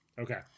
Okay